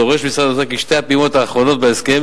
דורש משרד האוצר כי שתי הפעימות האחרונות בהסכם